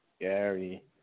Gary